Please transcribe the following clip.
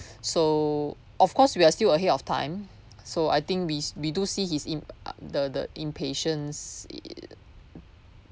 so of course we are still ahead of time so I think we we do see his im~ the the impatience in